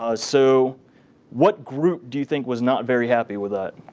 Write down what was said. ah so what group do you think was not very happy with that